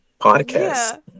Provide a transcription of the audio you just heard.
podcast